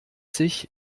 sich